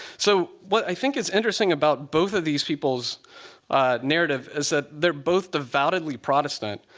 so what i think is interesting about both of these people's narrative is that they're both devoutedly protestant.